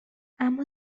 اما